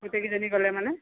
গোটেইকেইজনী গ'লে মানে